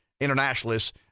internationalists